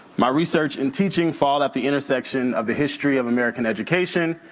my research in teaching fall at the intersection of the history of american education,